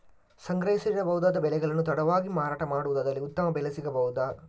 ಸಂಗ್ರಹಿಸಿಡಬಹುದಾದ ಬೆಳೆಗಳನ್ನು ತಡವಾಗಿ ಮಾರಾಟ ಮಾಡುವುದಾದಲ್ಲಿ ಉತ್ತಮ ಬೆಲೆ ಸಿಗಬಹುದಾ?